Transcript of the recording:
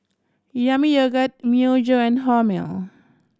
Yami Yogurt Myojo and Hormel